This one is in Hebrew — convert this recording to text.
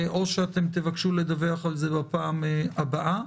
או שאתם תבקשו לדווח על זה בפעם הבאה?